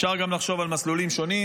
אפשר גם לחשוב על מסלולים שונים,